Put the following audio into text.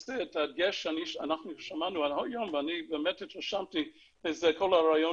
זה ההדגש שאנחנו שמענו היום ואני באמת התרשמתי מכל הרעיון